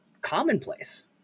commonplace